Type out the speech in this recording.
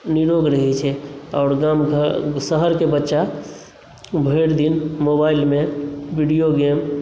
निरोग रहैत छै आओर गाम घर शहरके बच्चा भरि दिन मोबाइलमे विडियो गेम